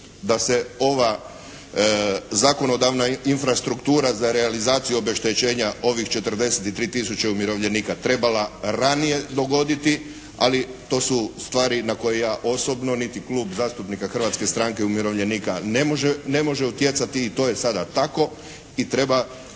Da se ova zakonodavna infrastruktura za realizaciju obeštećenja ovih 43 tisuće umirovljenika trebala ranije dogodili. Ali to su stvari na koje ja osobno niti Klub zastupnika Hrvatske stranke umirovljenike ne može utjecati i, to je sada tako. I treba